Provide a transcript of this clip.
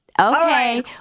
Okay